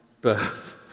birth